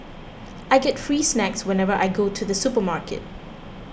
I get free snacks whenever I go to the supermarket